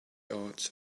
art